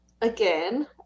again